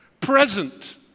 present